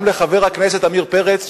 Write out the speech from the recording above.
גם לחבר הכנסת עמיר פרץ,